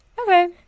Okay